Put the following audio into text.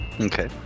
okay